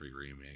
Remake